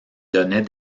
donnait